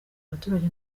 abaturage